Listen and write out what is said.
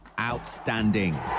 Outstanding